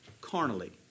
carnally